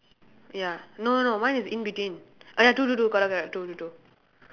ya no no no mine is between oh ya two two two correct correct two two two